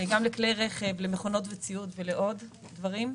אם זה לכלי רכב, מכונות, ציוד ועוד דברים.